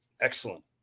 Excellent